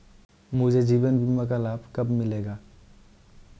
मुझे जीवन बीमा का लाभ कब मिलेगा?